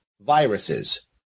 viruses